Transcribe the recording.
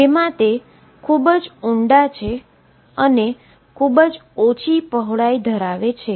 જેમા તે ખૂબ જ ઉંડા છે અને ખૂબ જ ઓછી વીથ ધરાવે છે